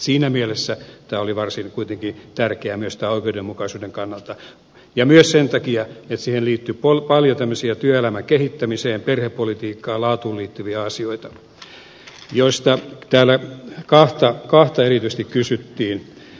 siinä mielessä tämä oli kuitenkin varsin tärkeä myös tämän oikeudenmukaisuuden kannalta ja myös sen takia että siihen liittyi paljon tämmöisiä työelämän kehittämiseen perhepolitiikkaan laatuun liittyviä asioita joista täällä kahta erityisesti kysyttiin